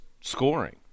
scoring